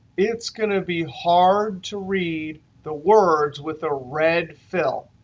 it's going to be hard to read the words with a red fill.